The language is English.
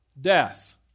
death